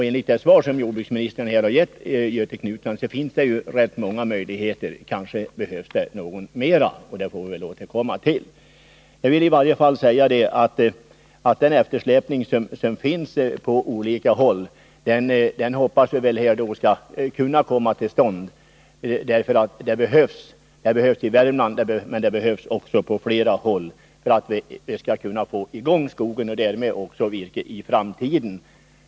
Enligt det svar jordbruksministern lämnat finns det rätt många möjligheter till utbildning, men kanske behövs det flera, och det får vi väl återkomma till. Låt mig till sist säga att vi hoppas att den eftersläpning i skogsvården som förekommer på olika håll skall undanröjas. Åtgärder för att åstadkomma detta behövs i Värmland, men också på andra håll. Det krävs åtgärder för att vi skall kunna få i gång arbetet i skogen och för att vi skall kunna trygga virkesbehovet i framtiden.